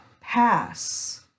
pass